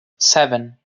seven